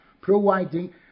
providing